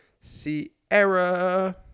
Sierra